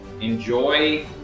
Enjoy